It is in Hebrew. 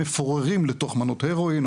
מפוררים לתוך מנות הרואין,